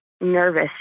nervous